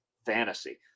fantasy